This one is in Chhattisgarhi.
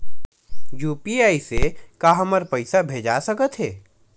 यू.पी.आई से का हमर पईसा भेजा सकत हे?